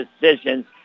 decisions